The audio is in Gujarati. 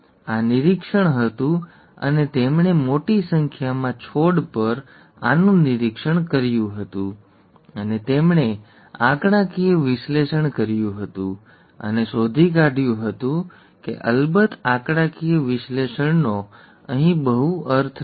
આ નિરીક્ષણ હતું અને તેમણે મોટી સંખ્યામાં છોડ પર આનું નિરીક્ષણ કર્યું હતું અને તેમણે આંકડાકીય વિશ્લેષણ કર્યું હતું અને શોધી કાઢ્યું હતું કે અલબત્ત આંકડાકીય વિશ્લેષણનો અહીં બહુ અર્થ નથી